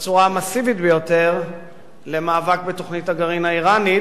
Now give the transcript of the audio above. בצורה המסיבית ביותר למאבק בתוכנית הגרעין האירנית,